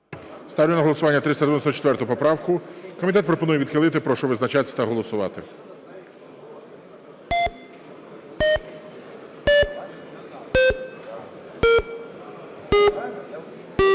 Ставлю на голосування 394 поправку. Комітет пропонує відхилити. Прошу визначатися та голосувати.